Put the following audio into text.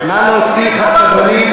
את לא רוצה ממני כרגע כלום.